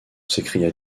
s’écria